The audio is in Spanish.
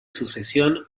sucesión